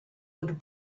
would